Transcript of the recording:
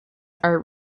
are